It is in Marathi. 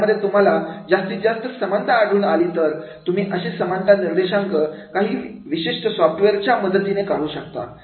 जर यामध्ये तुम्हाला जास्तीत जास्त समानता आढळून आली तर तुम्ही अशा समानतेचा निर्देशांक काही विशिष्ट सॉफ्टवेअरच्या मदतीने काढू शकता